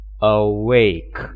Awake